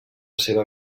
seva